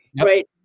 right